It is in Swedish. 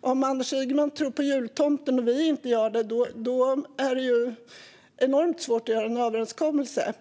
Om Anders Ygeman tror på jultomten och vi inte gör det är det enormt svårt att göra en överenskommelse.